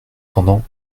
pendant